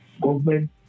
Government